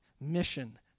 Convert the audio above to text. Mission